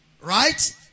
Right